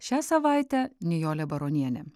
šią savaitę nijolė baronienė